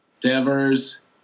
Devers